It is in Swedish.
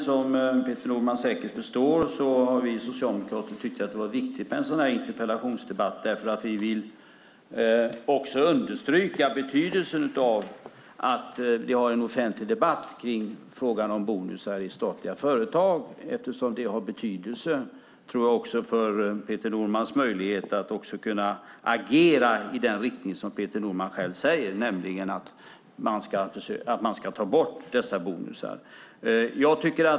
Som han säkert förstår har vi socialdemokrater tyckt att det var viktigt med en sådan här interpellationsdebatt därför att vi vill understryka betydelsen av att vi har en offentlig debatt kring frågan om bonusar i statliga företag, eftersom jag tror att det har betydelse också för Peter Normans möjligheter att kunna agera i den riktning som han själv säger, nämligen att man ska ta bort dessa bonusar.